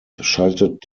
schaltet